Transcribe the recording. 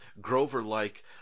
Grover-like